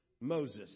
Moses